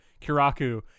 Kiraku